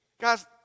Guys